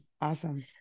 Awesome